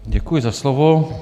Děkuji za slovo.